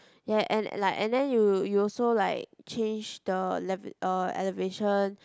ya and and like and then you you also like change the nav~ uh elevation